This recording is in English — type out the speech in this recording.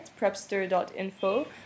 prepster.info